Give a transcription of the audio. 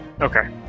Okay